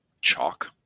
chalk